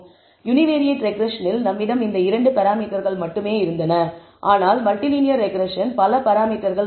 univariate ரெக்ரெஸ்ஸனில் நம்மிடம் இந்த இரண்டு பராமீட்டர்கள் மட்டுமே இருந்தன ஆனால் மல்டிலீனியர் ரெக்ரெஸ்ஸன் பல பராமீட்டர்கள் உள்ளவை